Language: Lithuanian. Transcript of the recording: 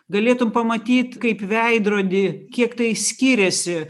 galėtum pamatyt kaip veidrody kiek tai skiriasi